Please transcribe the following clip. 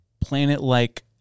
planet-like